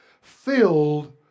filled